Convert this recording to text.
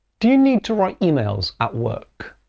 do you need to write emails at work?